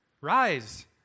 Rise